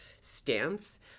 stance